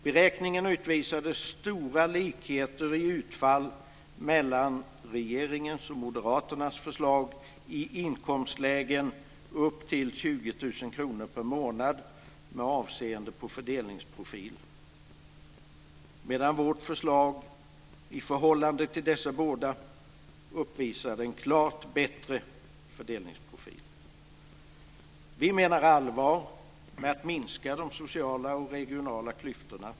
Beräkningarna utvisade stora likheter i utfall mellan regeringens och Moderaternas förslag i inkomstlägen upp till 20 000 kr per månad med avseende på fördelningsprofil. Men vårt förslag uppvisade en klart bättre fördelningsprofil i förhållande till dessa båda. Vi menar allvar med att minska de sociala och regionala klyftorna.